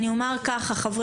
בבקשה, מיכל.